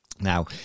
Now